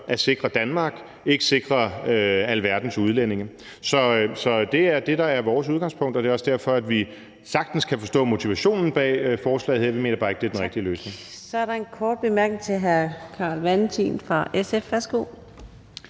at sikre Danmark og ikke sikre alverdens udlændinge. Så det er det, der er vores udgangspunkt, og det er også derfor, at vi sagtens kan forstå motivationen bag forslaget her. Vi mener bare ikke, at det er den rigtige løsning. Kl. 15:58 Fjerde næstformand (Karina Adsbøl):